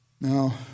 Now